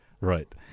Right